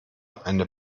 eine